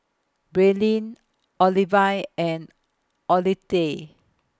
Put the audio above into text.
Braelyn Olivine and Olittie